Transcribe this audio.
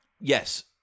Yes